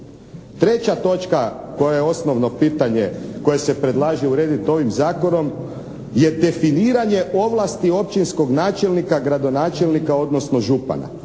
Treća točka koja je osnovno pitanje koje se predlaže urediti ovim zakonom je definiranje ovlasti općinskog načelnika, gradonačelnika, odnosno župana.